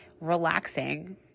relaxing